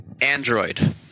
Android